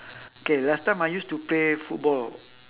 K last time I used to play football